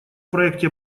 проекте